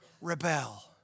rebel